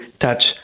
touch